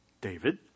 David